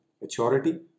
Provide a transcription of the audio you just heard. maturity